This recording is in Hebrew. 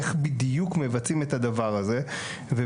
איך בדיוק מבצעים את הדבר הזה?